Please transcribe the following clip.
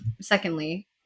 Secondly